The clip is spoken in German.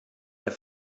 der